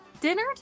dinner